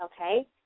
okay